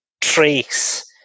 trace